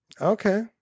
Okay